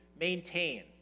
maintain